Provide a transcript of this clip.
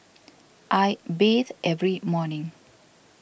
I bathe every morning